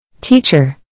Teacher